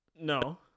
No